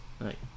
right